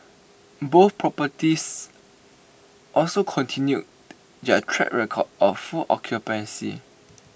both properties also continued their track record of full occupancy